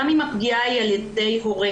גם אם הפגיעה היא על ידי הורה.